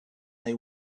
they